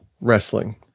wrestling